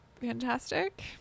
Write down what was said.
Fantastic